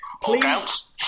Please